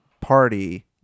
party